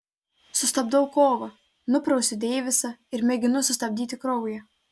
sustabdau kovą nuprausiu deivisą ir mėginu sustabdyti kraują